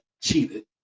cheated